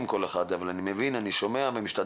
על כל הדברים האלה ועל כמה שאתם רואים